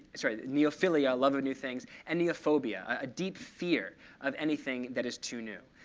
sort of neophilia, love of new things, and neophobia, a deep fear of anything that is too new.